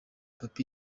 papa